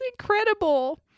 incredible